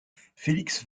félix